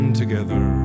together